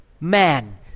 man